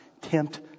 tempt